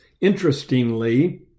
Interestingly